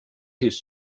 his